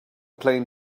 plane